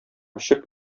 эчеп